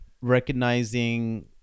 recognizing